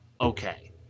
Okay